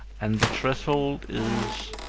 and the threshold is,